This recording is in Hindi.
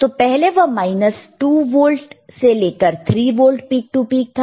तो पहले वह माइनस 2 वोल्ट से लेकर 3 वोल्ट पीक टु पीक था